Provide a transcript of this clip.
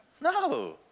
No